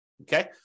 Okay